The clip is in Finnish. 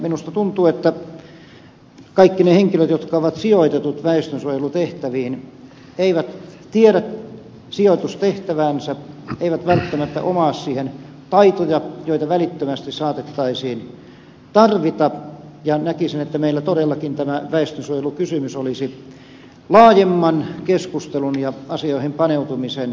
minusta tuntuu että kaikki ne henkilöt jotka ovat sijoitetut väestönsuojelutehtäviin eivät tiedä sijoitustehtäväänsä eivät välttämättä omaa siihen taitoja joita välittömästi saatettaisiin tarvita ja näkisin että meillä todellakin tämä väestönsuojelukysymys olisi laajemman keskustelun ja asioihin paneutumisen tarpeessa